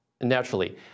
Naturally